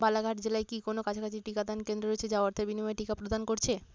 বালাঘাট জেলায় কি কোনও কাছাকাছি টিকাদান কেন্দ্র রয়েছে যা অর্থের বিনিময়ে টিকা প্রদান করছে